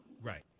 Right